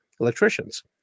electricians